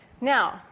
Now